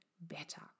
better